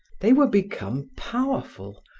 they were become powerful,